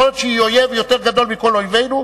יכול להיות שהיא אויב יותר גדול מכל אויבינו,